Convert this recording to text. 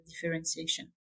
differentiation